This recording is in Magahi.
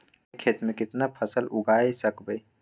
एक खेत मे केतना फसल उगाय सकबै?